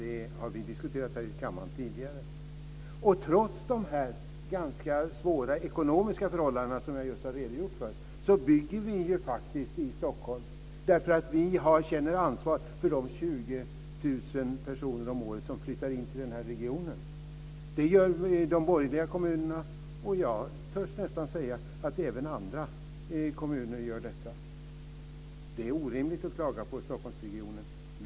Det har vi diskuterat här i kammaren tidigare. Trots de ganska svåra ekonomiska förhållandena som jag just har redogjort för bygger vi ju faktiskt i Stockholm, därför att vi känner ansvar för de 20 000 personer om året som flyttar in till den här regionen. Det gör de borgerliga kommunerna, och jag törs nästan säga att även andra kommuner gör det. Det är orimligt att klaga på Stockholmsregionen.